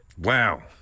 Wow